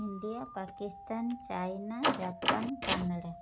India Pakistan China Japan Canada